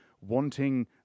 wanting